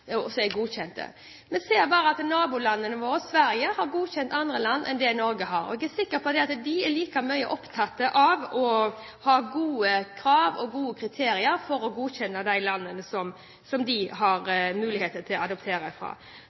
dag. Så til det som tidligere taler tok opp når det gjelder andre land som er godkjent. Vi ser at nabolandet vårt, Sverige, har godkjent andre land enn det Norge har. Jeg er sikker på at de er like opptatt av å ha gode krav og gode kriterier for å godkjenne de landene som de har muligheter til å adoptere fra. Det som ligger i